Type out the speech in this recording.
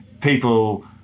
people